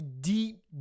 deep